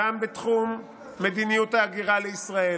גם בתחום מדיניות ההגירה לישראל